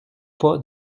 pas